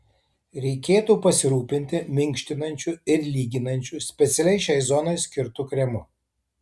reikėtų pasirūpinti minkštinančiu ir lyginančiu specialiai šiai zonai skirtu kremu